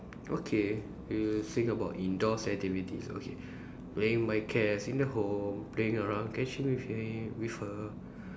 okay you saying about indoor activities okay playing my cats in the home playing around catching with him with her